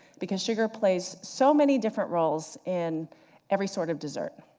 because sugar plays so many different roles in every sort of desert.